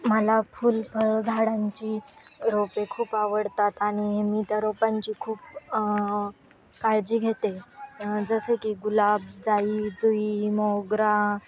मला फूल झाडांची रोपे खूप आवडतात आणि मी त्या रोपांची खूप काळजी घेते जसे की गुलाब जाई जुई मोगरा